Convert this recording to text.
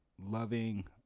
loving